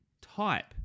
Type